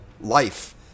life